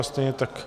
Stejně tak...